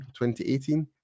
2018